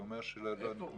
הוא אומר שלא נתנו לו.